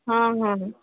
ହଁ ହଁ